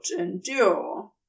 endure